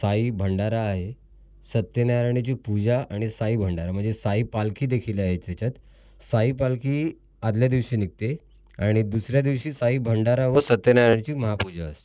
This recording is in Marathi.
साई भंडारा आहे सत्यनारायणाची पूजा आणि साई भंडारा म्हणजे साई पालखी देखील आहे त्याच्यात साई पालखी आदल्या दिवशी निघते आणि दुसऱ्या दिवशी साई भंडारा व सत्यनारायणाची महापूजा असते